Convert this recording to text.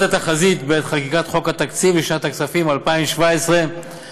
התחזית בעת חקיקת חוק התקציב לשנות הכספים 2017 ו-2018,